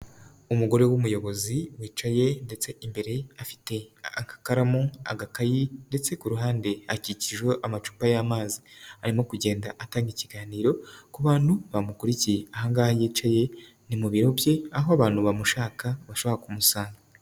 Umugore w'umuyobozi wicaye ndetse imbere afite agakaramu, agakayi ndetse ku ruhande akikijwe amacupa y'amazi. Arimo kugenda atanga ikiganiro ku bantu bamukurikiye. Ahangaha yicaye ni mu biro bye aho abantu bamushaka bashobora kumusanga.